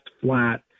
flat